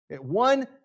One